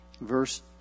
Verse